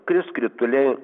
kris krituliai